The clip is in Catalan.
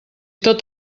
tot